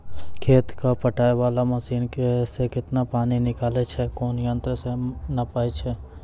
खेत कऽ पटाय वाला मसीन से केतना पानी निकलैय छै कोन यंत्र से नपाय छै